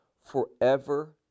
forever